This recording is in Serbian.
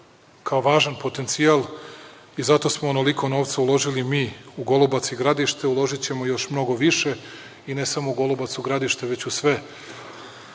kao važan potencijal. Zato smo onoliko novca uložili mi u Golubac i Gradište, uložićemo još mnogo više i ne samo u Golubac i Gradište, već u sve